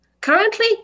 currently